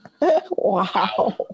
wow